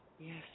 Yes